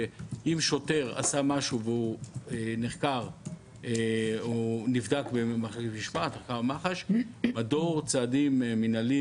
שאם שוטר עשה משהו והוא נחקר או נבדק במח"ש מדור צעדים מינהליים